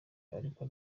ariko